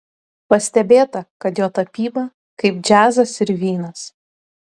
pastebėta kad jo tapyba kaip džiazas ir vynas